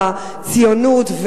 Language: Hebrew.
הציונות,